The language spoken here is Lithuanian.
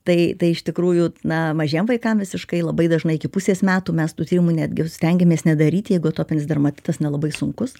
tai tai iš tikrųjų na mažiem vaikams visiškai labai dažnai iki pusės metų mes tų tyrimų netgi stengiamės nedaryt jeigu atopinis dermatitas nelabai sunkus